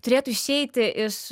turėtų išeiti iš